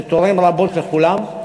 זה תורם רבות לכולם.